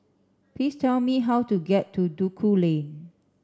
please tell me how to get to Duku Lane